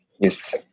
Yes